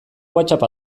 whatsapp